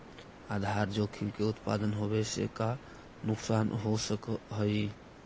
आधार जोखिम के उत्तपन होवे से का नुकसान हो सकऽ हई?